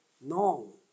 No